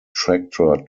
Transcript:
tractor